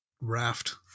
raft